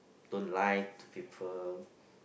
don't lie to people